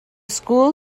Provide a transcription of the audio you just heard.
school